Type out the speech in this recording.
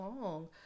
long